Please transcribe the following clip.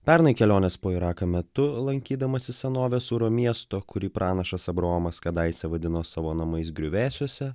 pernai kelionės po iraką metu lankydamasis senovės suro miesto kurį pranašas abraomas kadaise vadino savo namais griuvėsiuose